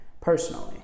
Personally